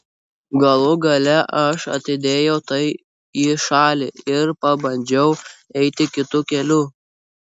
galų gale aš atidėjau tai į šalį ir pabandžiau eiti kitu keliu